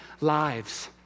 lives